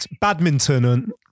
badminton